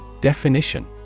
Definition